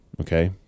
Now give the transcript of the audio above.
Okay